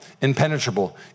impenetrable